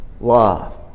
love